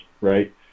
right